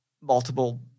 multiple